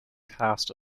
cast